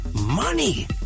money